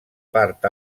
part